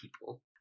people